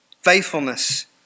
Faithfulness